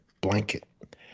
blanket